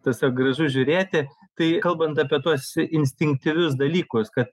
tiesiog gražu žiūrėti tai kalbant apie tuos instinktyvius dalykus kad